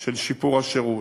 של שיפור השירות.